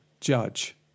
judge